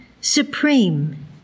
supreme